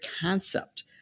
concept